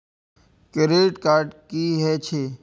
Credit card की हे छे?